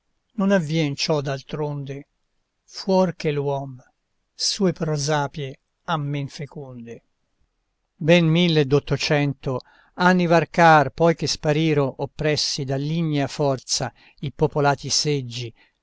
non avvien ciò d'altronde fuor che l'uom sue prosapie ha men feconde ben mille ed ottocento anni varcàr poi che spariro oppressi dall'ignea forza i popolati seggi